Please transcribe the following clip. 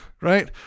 Right